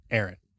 Aaron